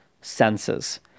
senses